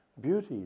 Beauty